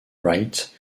wright